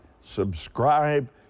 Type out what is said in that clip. subscribe